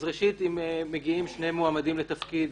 אז ראשית, אם מגיעים שני מועמדים לתפקיד